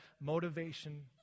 motivation